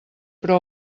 però